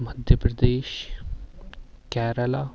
Madhya Pradesh Kerala